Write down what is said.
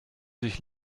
sich